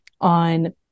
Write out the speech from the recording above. on